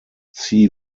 see